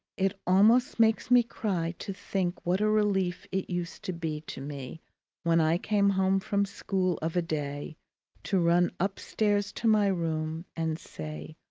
it almost makes me cry to think what a relief it used to be to me when i came home from school of a day to run upstairs to my room and say,